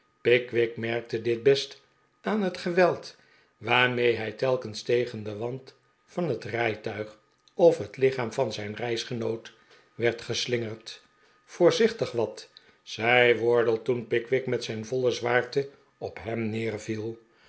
pickwick merkte dit best aan het geweld waarmee hij telkens te gen den wand van het rijtuig of het lichaam van zijn reisgenoot werd geslingerd voorzichtig wat zei wardle toen pickwick met zijn voile zwaarte op hem